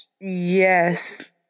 yes